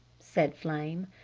said flame.